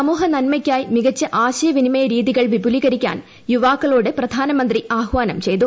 സമൂഹ നൻമയ്ക്കായി മികച്ച ആശയവിനിമയ രീതികൾ വിപൂലീകരിക്കാൻ യുവിക്കളോട് പ്രധാനമന്ത്രി ആഹാനം ചെയ്തു